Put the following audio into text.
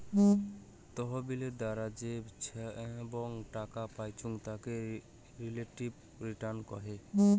তহবিলের দ্বারা যে ছাব্যাং টাকা পাইচুঙ তাকে রিলেটিভ রিটার্ন কহে